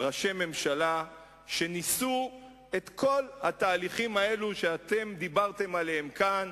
ראשי ממשלה שניסו את כל התהליכים האלה שאתם דיברתם עליהם כאן: